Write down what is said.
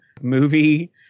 movie